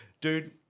dude